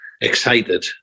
excited